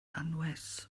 anwes